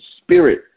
spirit